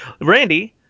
Randy